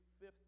fifth